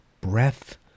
breath